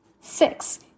Six